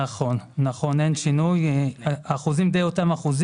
נכון, אין שינוי, האחוזים דומים למדי.